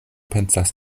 pensas